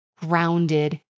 grounded